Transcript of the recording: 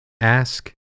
Ask